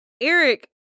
Eric